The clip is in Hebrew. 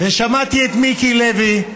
ושמעתי את מיקי לוי,